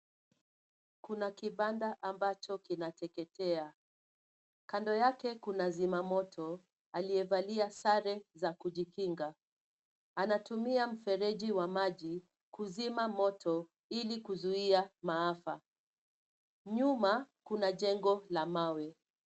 Kuna kibanda ambacho kinateketea. Kando yake kuna zima moto, aliyevalia sare za kujikinga, anatumia mfereji wa maji kuzima moto, ili kuzuia maafa. Nyuma kuna jengo la mawe.